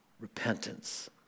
repentance